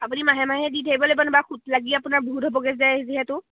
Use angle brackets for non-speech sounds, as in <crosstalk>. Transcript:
আপুনি মাহে মাহে দি থাকিব লাগিব <unintelligible> সুত লাগি আপোনাৰ বহুত হ'বগৈ যিহেতু